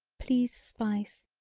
please spice,